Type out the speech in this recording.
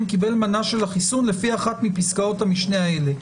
קיבל מנה של החיסון לפי אחת מפסקאות המשנה האלה: